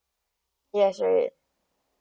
yes